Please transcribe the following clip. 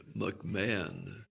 McMahon